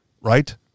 right